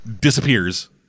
Disappears